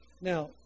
Now